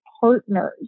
partners